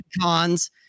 cons